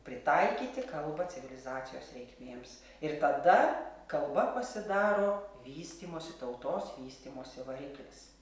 pritaikyti kalbą civilizacijos reikmėms ir tada kalba pasidaro vystymosi tautos vystymosi variklis